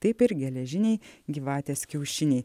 taip ir geležiniai gyvatės kiaušiniai